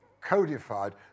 codified